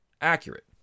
accurate